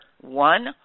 one